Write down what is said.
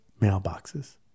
mailboxes